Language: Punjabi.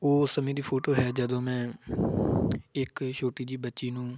ਉਸ ਸਮੇਂ ਦੀ ਫੋਟੋ ਹੈ ਜਦੋਂ ਮੈਂ ਇੱਕ ਛੋਟੀ ਜਿਹੀ ਬੱਚੀ ਨੂੰ